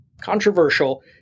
controversial